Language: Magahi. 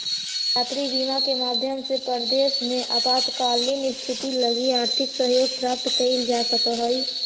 यात्री बीमा के माध्यम से परदेस में आपातकालीन स्थिति लगी आर्थिक सहयोग प्राप्त कैइल जा सकऽ हई